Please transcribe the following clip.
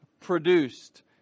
produced